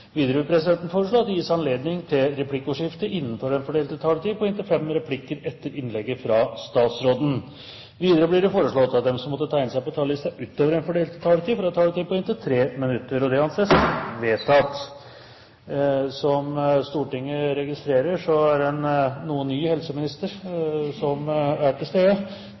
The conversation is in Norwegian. Videre vil presidenten foreslå at det gis anledning til replikkordskifte på inntil fem replikker med svar etter innlegget fra statsråden innenfor den fordelte taletid. Videre blir det foreslått at de som måtte tegne seg på talerlisten utover den fordelte taletid, får en taletid på inntil 3 minutter. – Det anses vedtatt. Som Stortinget registrerer, er det nå en ny «helseminister» som er til stede.